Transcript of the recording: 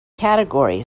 category